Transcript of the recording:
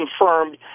confirmed